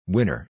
Winner